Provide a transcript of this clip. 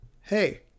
Hey